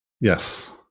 Yes